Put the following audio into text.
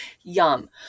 Yum